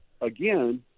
again